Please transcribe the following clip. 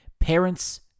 Parents